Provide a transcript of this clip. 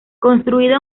construido